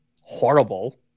horrible